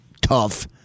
tough